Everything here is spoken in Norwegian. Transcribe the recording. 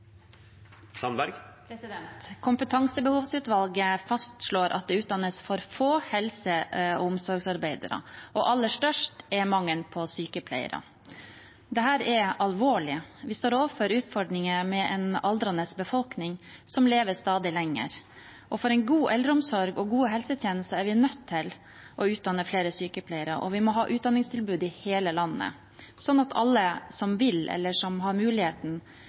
Kompetansebehovsutvalget fastslår at det utdannes for få helse- og omsorgsarbeidere, og mangelen på sykepleiere er aller størst. Dette er alvorlig. Vi står overfor utfordringer med en aldrende befolkning som lever stadig lenger. For å ha en god eldreomsorg og gode helsetjenester er vi nødt til å utdanne flere sykepleiere, og vi må ha utdanningstilbud i hele landet, sånn at alle som vil eller har